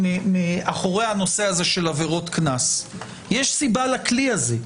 מאחורי הנושא הזה של עבירות קנס ויש סיבה לכלי הזה,